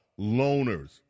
Loners